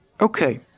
Okay